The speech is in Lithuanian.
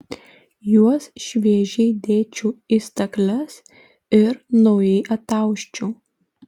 juos šviežiai dėčiau į stakles ir naujai atausčiau